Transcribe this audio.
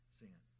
sin